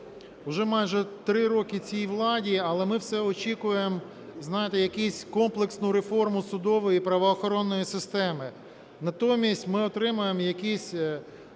Вже майже три роки цій владі, але ми все очікуємо, знаєте, якусь комплексну реформу судової і правоохоронної системи. Натомість ми отримуємо якісь,